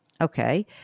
Okay